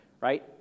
right